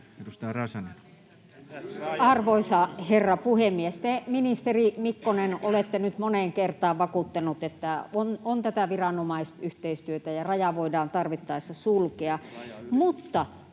Edustaja Räsänen. Arvoisa herra puhemies! Te, ministeri Mikkonen, olette nyt moneen kertaan vakuuttanut, että tätä viranomaisyhteistyötä on ja raja voidaan tarvittaessa sulkea.